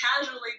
casually